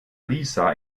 lisa